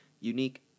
unique